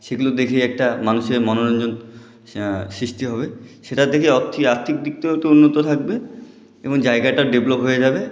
সেগুলো দেখে একটা মানুষের মনোরঞ্জন সৃষ্টি হবে সেটা দেখে আর্থিক দিক দিয়েও তো উন্নত থাকবে এবং জায়গাটা ডেভেলপ হয়ে যাবে